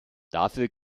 dafür